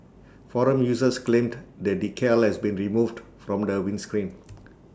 forum users claimed the decal has been removed from the windscreen